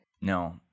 No